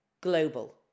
Global